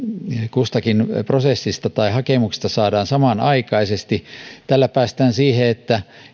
kustakin prosessista tai hakemuksesta saadaan samanaikaisesti tällä päästään siihen että